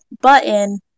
button